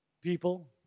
people